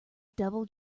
devil